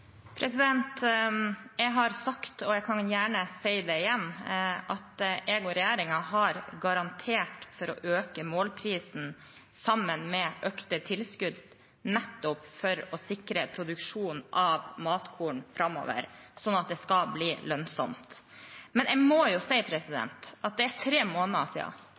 Jeg har sagt – og jeg kan gjerne si det igjen – at jeg og regjeringen har garantert for å øke målprisen sammen med økte tilskudd, nettopp for å sikre produksjon av matkorn framover slik at det skal bli lønnsomt. Men jeg må si at det er tre måneder